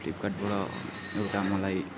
फ्लिपकार्टबाट एउटा मलाई